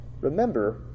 remember